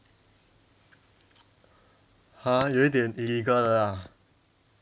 !huh! 有一点 illegal 的啦